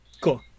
Cool